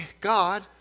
God